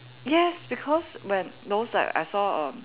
yes because when those like I saw